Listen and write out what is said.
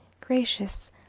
gracious